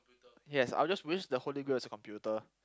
yes I would just use the holy grail as the computer